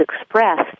expressed